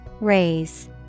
Raise